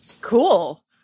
Cool